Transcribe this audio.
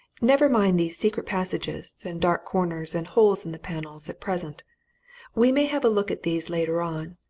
never mind these secret passages and dark corners and holes in the panels at present we may have a look at these later on.